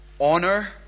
Honor